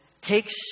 takes